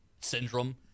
syndrome